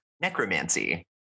Necromancy